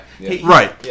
Right